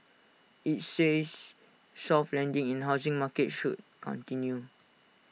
IT says soft landing in housing market should continue